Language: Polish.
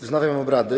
Wznawiam obrady.